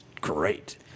great